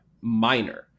minor